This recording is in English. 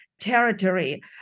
territory